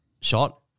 shot